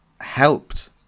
helped